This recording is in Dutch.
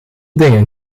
dingen